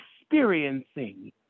experiencing